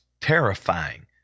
terrifying